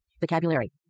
Vocabulary